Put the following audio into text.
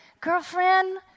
girlfriend